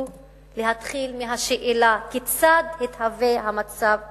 להתחיל מהשאלות: כיצד התהווה המצב הקיים?